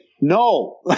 no